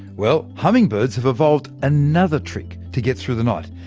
well, hummingbirds have evolved another trick to get through the night.